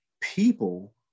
people